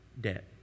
debt